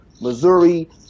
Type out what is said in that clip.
Missouri